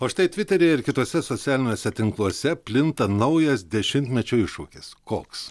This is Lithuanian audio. o štai tviteryje ir kituose socialiniuose tinkluose plinta naujas dešimtmečio iššūkis koks